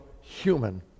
human